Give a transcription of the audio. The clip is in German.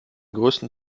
größten